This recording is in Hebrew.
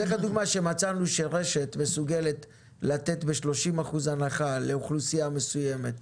מצאנו שרשת מסוגלת לתת ב-30% הנחה לאוכלוסייה מסוימת,